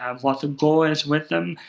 um what the goal is with them,